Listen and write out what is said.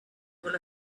will